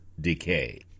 decay